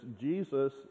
Jesus